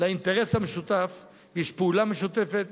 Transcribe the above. של האינטרס המשותף, יש פעולה משותפת,